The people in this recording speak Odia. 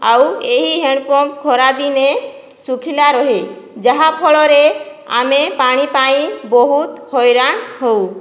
ଆଉ ଏହି ହ୍ୟାଣ୍ଡପମ୍ପ ଖରାଦିନେ ଶୁଖିଲା ରୁହେ ଯାହାଫଳରେ ଆମେ ପାଣିପାଇଁ ବହୁତ ହଇରାଣ ହଉ